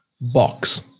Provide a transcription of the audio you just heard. box